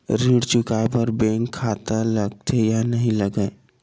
ऋण चुकाए बार बैंक खाता लगथे या नहीं लगाए?